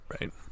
Right